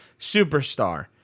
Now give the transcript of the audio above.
Superstar